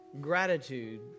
gratitude